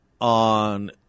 on